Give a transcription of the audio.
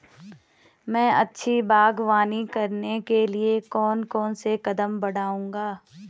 मैं अच्छी बागवानी करने के लिए कौन कौन से कदम बढ़ाऊंगा?